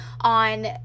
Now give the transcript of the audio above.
on